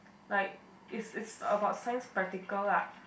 like it's it's about science practical lah